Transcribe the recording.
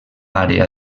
àrea